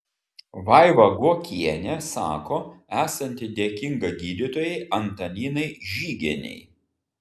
vaiva guokienė sako esanti dėkinga gydytojai antaninai žygienei